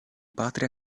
patria